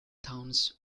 towns